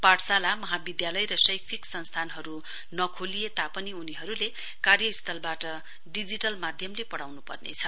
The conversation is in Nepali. पाठशाला महाविद्वालय र शैक्षिक संस्थानहरु नखोलिए तापनि उनीहरुले कार्यस्थलवाट डिजिटल माध्यमले पढ़ाउनु पर्नेछ